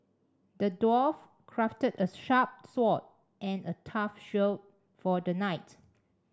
the dwarf crafted a sharp sword and a tough shield for the knight